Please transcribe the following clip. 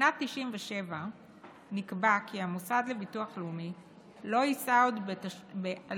בשנת 1997 נקבע כי המוסד לביטוח לאומי לא יישא עוד בעלות